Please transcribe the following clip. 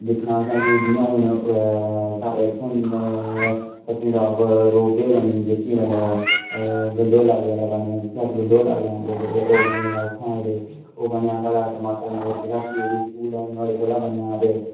दिखना असें की जियां हून साढ़े उत्थें पत्नीटाप रोड़बे बनी जेह्की मतलव गंडोला बगैरा बनेआ जिस्सी अस गंडोला गलांदे ते ओह बने दा उत्थें ते ओह् बनेआ टमाटर मोड साढे जेह्का के बी स्कूल ऐ नोह्ड़े कोल बनेआ ते